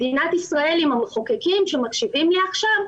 מדינת ישראל עם המחוקקים שמקשיבים לי עכשיו,